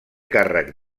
càrrec